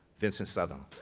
vincent southerland.